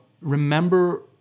remember